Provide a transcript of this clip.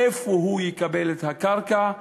איפה הוא יקבל את הקרקע,